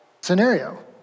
scenario